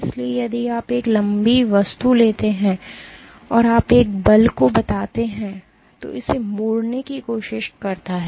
इसलिए यदि आप एक लंबी वस्तु लेते हैं और आप एक बल को बताते हैं जो इसे मोड़ने की कोशिश करता है